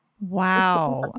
Wow